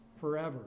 forever